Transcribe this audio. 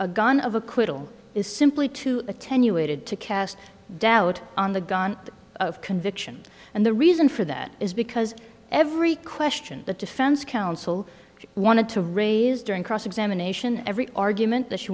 a gun of acquittal is simply too attenuated to cast doubt on the gun of conviction and the reason for that is because every question that defense counsel wanted to raise during cross examination every argument that she